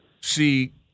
see